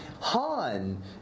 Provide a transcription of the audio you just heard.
Han